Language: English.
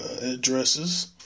addresses